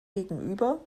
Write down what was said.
gegenüber